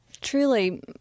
truly